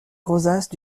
rosaces